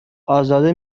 ازاده